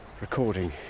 recording